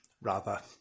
rather